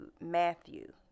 Matthew